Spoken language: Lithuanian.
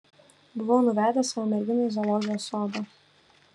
buvau nuvedęs savo merginą į zoologijos sodą